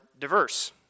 diverse